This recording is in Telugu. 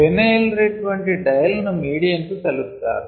ఫినైల్ రెడ్ వంటి డై లను మీడియం కు కలుపుతారు